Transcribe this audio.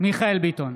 מיכאל מרדכי ביטון,